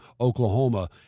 Oklahoma